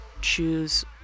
choose